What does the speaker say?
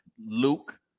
Luke